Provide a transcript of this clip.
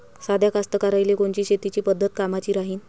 साध्या कास्तकाराइले कोनची शेतीची पद्धत कामाची राहीन?